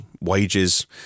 wages